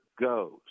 goes –